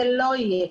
זה לא יהיה.